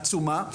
עצומה,